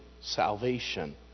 salvation